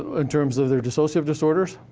in terms of their dissociative disorders,